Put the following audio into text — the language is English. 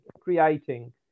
creating